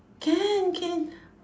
can can